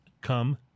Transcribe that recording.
come